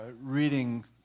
reading